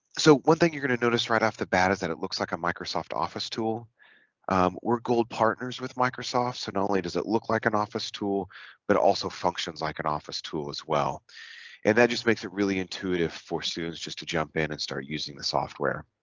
so one thing you're gonna notice right off the bat is that it looks like a microsoft office tool we're gold partners with microsoft so not and only does it look like an office tool but also functions like an office tool as well and that just makes it really intuitive for students just to jump in and start using the software